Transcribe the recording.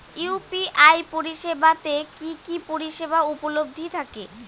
UPI পরিষেবা তে কি কি পরিষেবা উপলব্ধি থাকে?